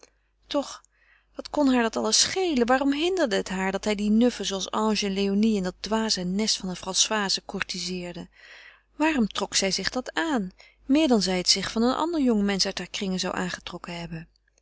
toch wat kon haar dat alles schelen waarom hinderde het haar dat hij die nuffen zooals ange en léonie en dat dwaze nest van een françoise courtizeerde waarom trok zij zich dat aan meer dan zij het zich van een ander jongmensch uit haar kringen zou aangetrokken hebben